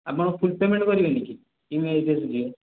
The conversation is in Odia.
ଆପଣ ଫୁଲ୍ ପେମେଣ୍ଟ୍ କରିବେନିକି ରେ ସୁଜିବେ